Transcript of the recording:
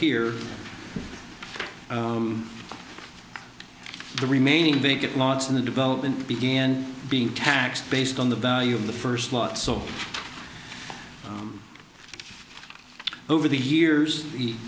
here the remaining vacant lots in the development began being taxed based on the value of the first lot so over the years the